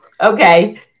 Okay